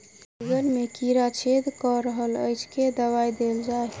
बैंगन मे कीड़ा छेद कऽ रहल एछ केँ दवा देल जाएँ?